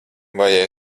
vai